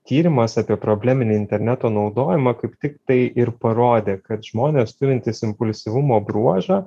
tyrimas apie probleminį interneto naudojimą kaip tik tai ir parodė kad žmonės turintys impulsyvumo bruožą